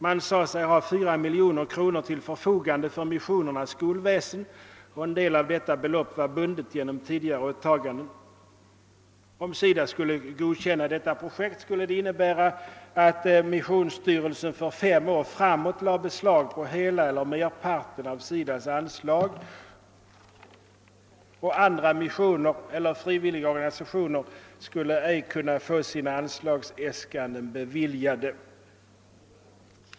Man sade sig ha 4 miljoner till förfogande för missionens skolväsende, och en del av detta belopp var bundet genom tidigare åtaganden. Om SIDA skulle godkänna detta projekt, skulle det innebära att missionsstyrelsen för 5 år framåt lade beslag på hela eller merparten av SIDA:s anslag, och andra frivilligorganisationer skulle inte kunna få sina anslgsäskanden bifallna.